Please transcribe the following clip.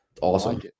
Awesome